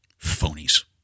Phonies